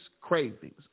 cravings